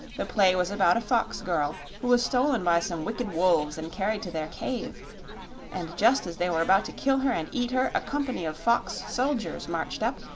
the play was about a fox-girl who was stolen by some wicked wolves and carried to their cave and just as they were about to kill her and eat her a company of fox-soldiers marched up,